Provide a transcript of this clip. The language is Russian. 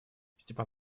степан